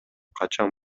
качан